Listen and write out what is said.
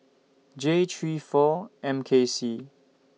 J three four M K C